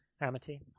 Amity